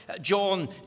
John